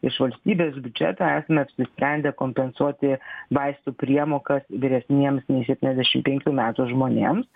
iš valstybės biudžeto esame apsisprendę kompensuoti vaistų priemokas vyresniems nei septyniasdešimt penkių metų žmonėms